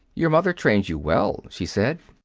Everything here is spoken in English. your mother trained you well, she said.